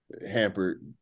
hampered